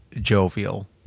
jovial